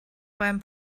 beim